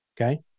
okay